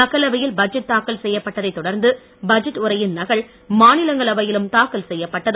மக்களவையில் பட்ஜெட் தாக்கல் செய்யப்பட்டதை தொடர்ந்து பட்ஜெட் உரையின் நகல் மாநிலங்களவையிலும் தாக்கல் செய்யப்பட்டது